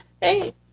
hey